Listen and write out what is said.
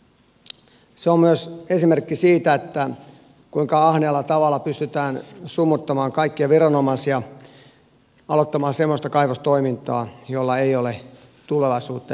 se on myös esimerkki siitä kuinka ahneella tavalla pystytään sumuttamaan kaikkia viranomaisia aloittamaan semmoista kaivostoimintaa jolla ei ole tulevaisuutta eikä menestystä